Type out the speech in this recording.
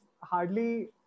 hardly